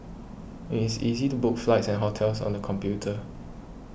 it is easy to book flights and hotels on the computer